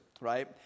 right